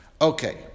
Okay